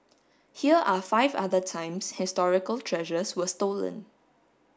here are five other times historical treasures were stolen